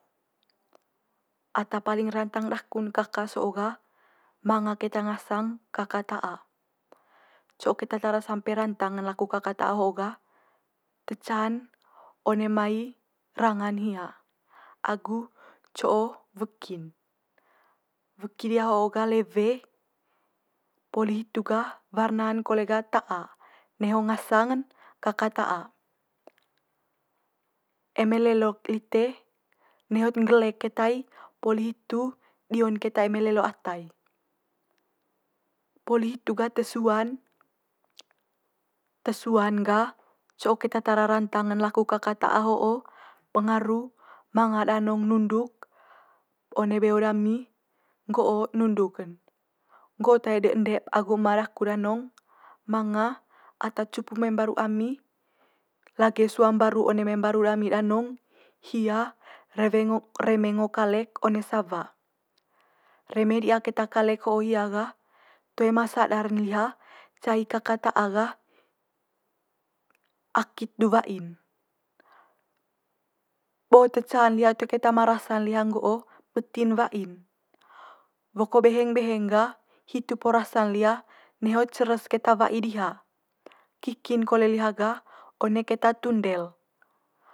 ata paling rantang daku'n kaka so'o gah manga keta ngasang kaka ta'a. Co tara keta tara sampe rantang'n keta laku kaka ta'a ho gah, te ca'n one mai ranga'n hia agu co'o weki'n. Weki diha ho gah lewe poli hitu gah warna'n kole ga ta'a neho ngasang'n kaka ta'a. Eme lelo'k lite nehot nggelek keta i poli hitu dio'n keta eme lelo ata i. Poli hitu gah te sua'n te sua'n gah co'o keta tara rantang'n laku kaka ta'a ho'o pengaru manga danong nunduk one beo dami nggo'o nunduk'n nggo'o tae de ende agu ema daku danong manga ata cupu mai mbaru ami lage sua mbaru one mai mbaru dami danong hia reme ngo kalek one sawa. Reme di'a keta kalek ho'o hia gah, toe ma sadar'n liha cai kaka ta'a gah akit du wa'in. Bo te ca'n liha toe keta manga rasa'n liha nggo'o beti'n wa'in. Woko beheng beheng gah hitu po rasa'n liha neho ceres keta wa'i diha, kiki'n kole liha gah one keta tundel.